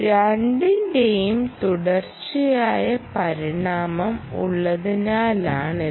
രണ്ടിന്റെയും തുടർച്ചയായ പരിണാമം ഉള്ളതിനാലാണിത്